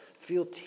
feel